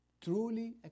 truly